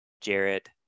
Jared